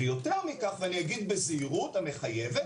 ויותר מכך אומר בזהירות המחייבת